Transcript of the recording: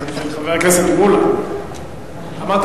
חבר הכנסת מולה, אמרת